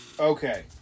Okay